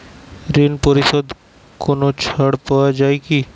ঋণ পরিশধে কোনো ছাড় পাওয়া যায় কি?